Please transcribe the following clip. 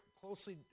closely